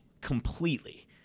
completely